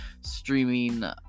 Streaming